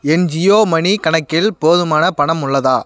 என் Jio money கணக்கில் போதுமான பணம் உள்ளதா